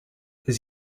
his